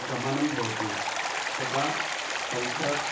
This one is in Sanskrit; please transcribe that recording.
गमनं भवति तदा तन्त्र